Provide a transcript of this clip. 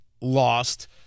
lost